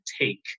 take